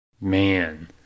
Man